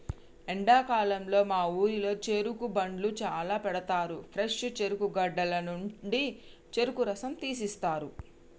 ఎండాకాలంలో మా ఊరిలో చెరుకు బండ్లు చాల పెడతారు ఫ్రెష్ చెరుకు గడల నుండి చెరుకు రసం తీస్తారు